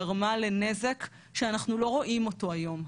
גרמה לנזק שאנחנו לא רואים אותו היום,